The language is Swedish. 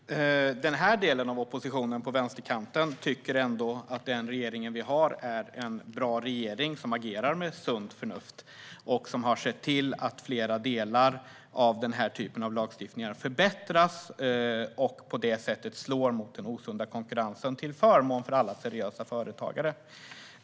Fru talman! Den här delen av oppositionen, alltså vi på vänsterkanten, tycker ändå att den regering vi har är en bra regering, som agerar med sunt förnuft. Den har sett till att flera delar av den här typen av lagstiftning har förbättrats och på det sättet slår mot den osunda konkurrensen, till förmån för alla seriösa företagare.